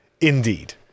Indeed